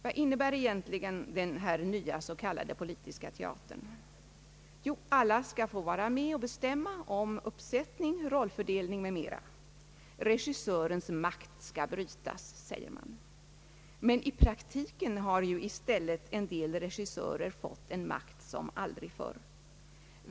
Vad innebär egentligen den här nya s.k. politiska teatern? Jo, alla skall få vara med och bestämma om uppsättning, rollfördelning m.m. Regissörens makt skall brytas, säger man. Men i praktiken har ju i stället en del regissörer fått en makt som aldrig förr.